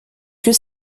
que